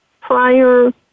prior